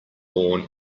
born